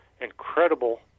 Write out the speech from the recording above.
incredible